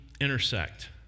intersect